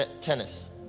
tennis